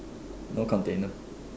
no container